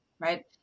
right